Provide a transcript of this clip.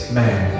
man